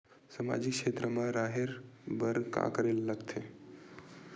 सामाजिक क्षेत्र मा रा हे बार का करे ला लग थे